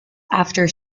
after